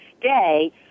day